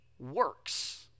works